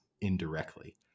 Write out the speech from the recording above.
indirectly